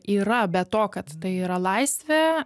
yra be to kad tai yra laisvė